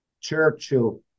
Churchill